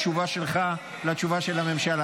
התשפ"ג